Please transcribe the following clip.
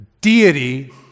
deity